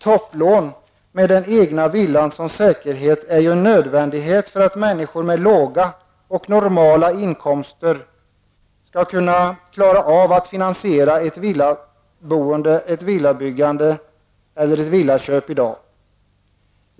Topplån med den egna villan som säkerhet är en nödvändighet för att människor med låga och normala inkomster skall kunna klara av att finansiera ett villabygge eller ett villaköp i dag.